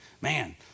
man